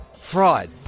Fraud